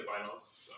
finals